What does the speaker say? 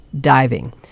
diving